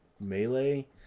melee